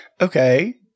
Okay